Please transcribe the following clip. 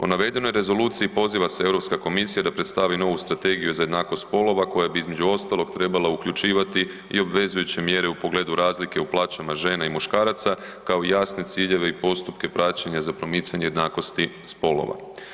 O navedenoj rezoluciji poziva se Europska komisija da predstavi novu strategiju za jednakost spolova koja bi između ostalog trebala uključivati i obvezujuće mjere u pogledu razlike u plaćama žena i muškaraca kao jasne ciljeve i postupke praćenja za promicanje jednakosti spolova.